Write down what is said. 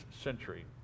century